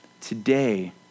today